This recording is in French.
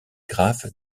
graphes